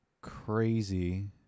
crazy